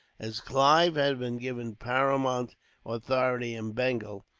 as clive had been given paramount authority in bengal,